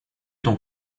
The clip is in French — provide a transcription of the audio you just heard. ton